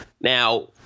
Now